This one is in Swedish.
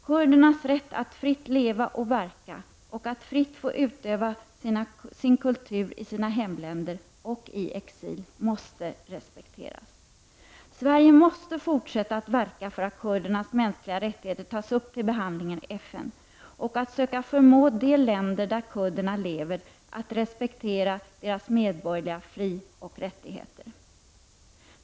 Kurdernas rätt att fritt leva och verka och att fritt få utöva sin kultur i sina hemländer och i exil måste respekteras. Sverige måste fortsätta att verka för att kurdernas mänskliga rättigheter tas upp till behandling i FN och för att förmå de länder där kurderna lever att respektera deras medborgerliga frioch rättigheter.